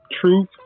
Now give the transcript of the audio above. Truth